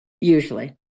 usually